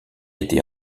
été